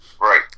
Right